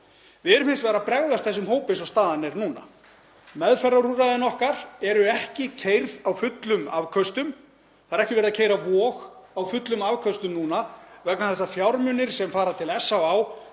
Við erum hins vegar að bregðast þessum hópi eins og staðan er núna. Meðferðarúrræðin okkar eru ekki keyrð á fullum afköstum. Það er ekki verið að keyra Vog á fullum afköstum núna vegna þess að fjármunir sem fara til SÁÁ